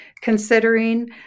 considering